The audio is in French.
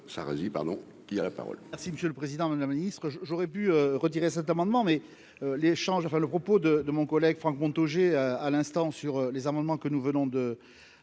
qui a la parole.